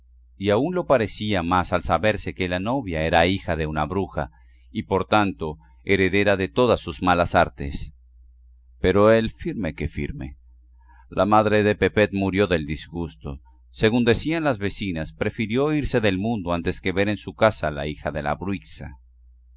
y aún lo parecía más al saberse que la novia era hija de una bruja y por tanto heredera de todas sus malas artes pero él firme que firme la madre de pepet murió del disgusto según decían las vecinas prefirió irse del mundo antes que ver en su casa a la hija de la bruixa